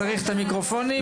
מקצועית ו-וותיקה באולפן שלי.